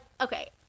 okay